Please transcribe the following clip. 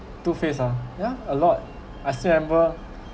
two face ah yeah a lot I still remember